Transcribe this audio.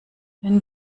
wenn